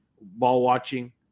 ball-watching